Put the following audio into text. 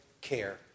care